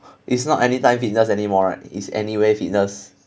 it's not anytime fitness anymore right it is anywhere fitness